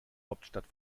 hauptstadt